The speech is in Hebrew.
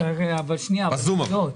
לא,